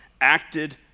acted